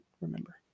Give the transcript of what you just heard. remember